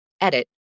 edit